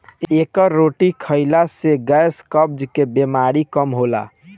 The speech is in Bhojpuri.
एकर रोटी खाईला से गैस, कब्ज के बेमारी कम होला